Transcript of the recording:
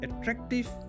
attractive